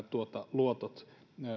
luotot